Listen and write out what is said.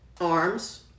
arms